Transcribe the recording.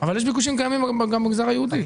אבל יש ביקושים קיימים גם במגזר היהודי.